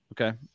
Okay